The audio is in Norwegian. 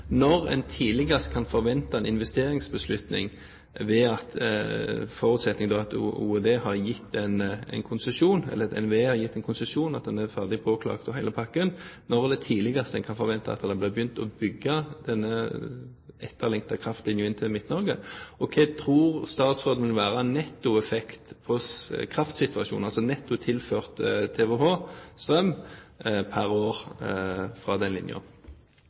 når en tidligst kan forvente en investeringsbeslutning? Forutsetningen er da at OED har gitt en konsesjon, eller at NVE har gitt en konsesjon, at den er ferdig påklaget og hele pakken. Når kan en tidligst forvente at en begynner å bygge denne etterlengtede kraftlinjen inn til Midt-Norge, og hva tror statsråden vil være nettoeffekten på kraftsituasjonen, altså netto tilført TWh, strøm, pr. år fra den